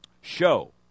show